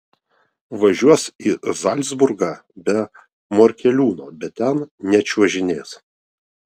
važiuos į zalcburgą be morkeliūno bet ten nečiuožinės